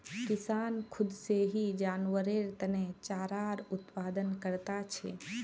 किसान खुद से ही जानवरेर तने चारार उत्पादन करता छे